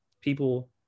People